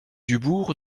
dubourg